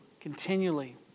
continually